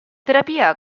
terapia